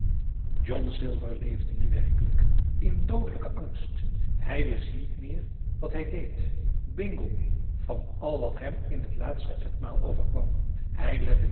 john silver leefde nu werkelijk in doodelijken angst hij wist niet meer wat hij deed bingoeng van al wat hem in t laatste etmaal overkwam hij lette